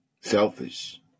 Selfish